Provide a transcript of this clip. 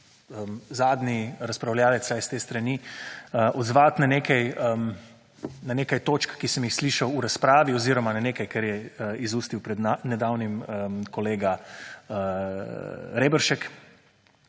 zadnji razpravljavcev vsaj s te strani odzvati na nekaj točk, ki sem jih slišal v razpravi oziroma na nekaj, kar je izustil pred nedavnim kolega Reberšek,